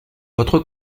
votre